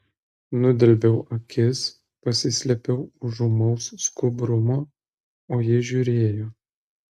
nudelbiau akis pasislėpiau už ūmaus skubrumo o ji žiūrėjo